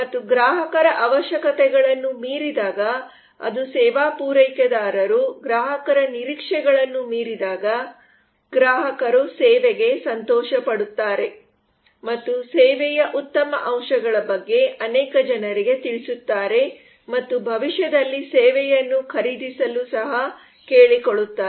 ಮತ್ತು ಗ್ರಾಹಕರ ಅವಶ್ಯಕತೆಗಳನ್ನು ಮೀರಿದಾಗ ಅದು ಸೇವಾ ಪೂರೈಕೆದಾರರು ಗ್ರಾಹಕರ ನಿರೀಕ್ಷೆಗಳನ್ನು ಮೀರಿದಾಗ ಗ್ರಾಹಕರ ಅಗತ್ಯತೆಗಳು ಮತ್ತು ನಿರೀಕ್ಷೆಗಳನ್ನು ಮೀರಿದಾಗ ಗ್ರಾಹಕರು ಸೇವೆಗೆ ಸಂತೋಷಪಡುತ್ತಾರೆ ಮತ್ತು ಸೇವೆಯ ಉತ್ತಮ ಅಂಶಗಳ ಬಗ್ಗೆ ಅನೇಕ ಜನರಿಗೆ ತಿಳಿಸುತ್ತಾರೆ ಮತ್ತು ಭವಿಷ್ಯದಲ್ಲಿ ಸೇವೆಯನ್ನು ಖರೀದಿಸಲು ಸಹ ಕೇಳಿಕೊಳ್ಳುತ್ತಾರೆ